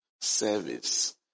Service